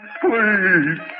please